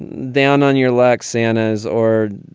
down on your lax santa is or.